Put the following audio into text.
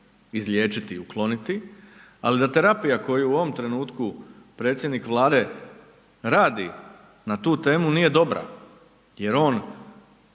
izliječiti i ukloniti ali da terapija koja u ovom trenutku predsjednik Vlade radi na tu temu, nije dobra jer on